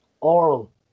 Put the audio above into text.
oral